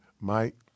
Mike